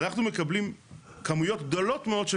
ואנחנו מקבלים כמויות גדולות מאוד של